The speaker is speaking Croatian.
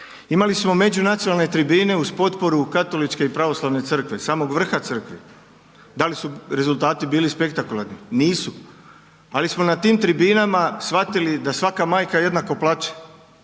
Imali smo međunacionalne tribine uz potporu Katoličke i Pravoslavne Crkve, samog vrha Crkve. Dali su rezultati bili spektakularni? Nisu. Ali smo na tim tribinama shvatili da svaka majka jednako plaće.